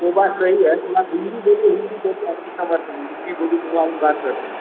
वो बात सही है थोड़ा हिंदी बोलिए हिंदी हिंदी बोलिए जो अभी बात कर रहें